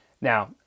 Now